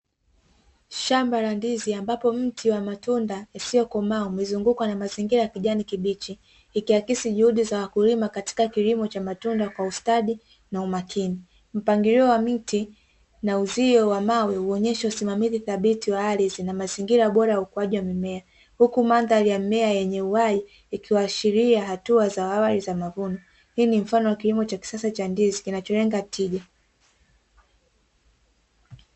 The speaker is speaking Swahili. Shamba la ndizi ambapo mti wa matunda isiyokomaa umezungukwa na mazingira ya kijani kibichi ikiakisi juhudi za wakulima katika kilimo cha matunda kwa ustadi na umakini mpangilio wa miti na uzio thabiti wa hali zina mazingira bora ya ukuaji wa mimea huku mandhari yenye uhai ikiwaashiria hatua za awali za mavuno hii ni mfano wa kilimo cha kisasa cha ndizi kinacholenga tija.